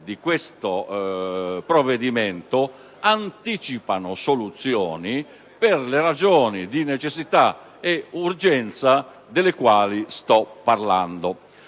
di questo provvedimento anticipano soluzioni per le ragioni di necessità e urgenza delle quali sto parlando.